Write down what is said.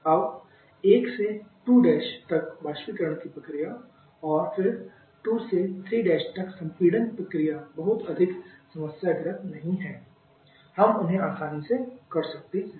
अब 1 से 2 तक वाष्पीकरण की प्रक्रिया और फिर 2 से 3 तक संपीडन प्रक्रिया बहुत अधिक समस्याग्रस्त नहीं है हम उन्हें आसानी से कर सकते हैं